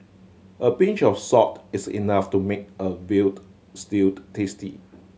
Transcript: a pinch of salt is enough to make a veal stew tasty